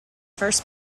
first